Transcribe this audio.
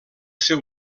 seu